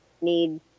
need